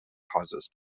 causes